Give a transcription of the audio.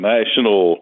National